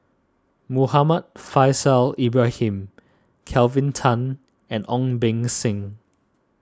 Muhammad Faishal Ibrahim Kelvin Tan and Ong Beng Seng